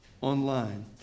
online